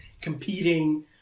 competing